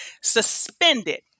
suspended